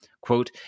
Quote